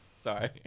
sorry